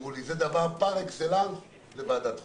אמרו לי: פרק אקסלנס זה של ועדת חוקה.